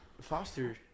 Foster